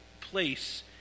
place